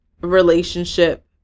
relationship